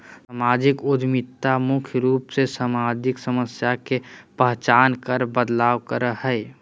सामाजिक उद्यमिता मुख्य रूप से सामाजिक समस्या के पहचान कर बदलाव करो हय